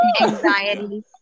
anxiety